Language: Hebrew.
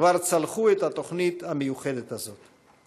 כבר צלחו את התוכנית המיוחדת הזאת.